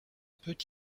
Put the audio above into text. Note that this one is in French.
peut